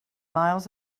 miles